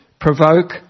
Provoke